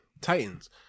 Titans